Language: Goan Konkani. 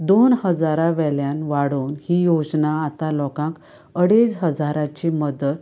दोन हजारा वेल्यान वाडोवन ही योजना आतां लोकांक अडेज हजारांची मदत